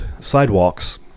sidewalks